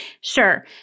sure